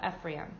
Ephraim